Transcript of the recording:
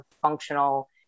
functional